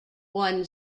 won